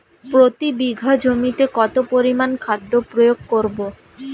প্রতি বিঘা জমিতে কত পরিমান খাদ্য প্রয়োগ করব?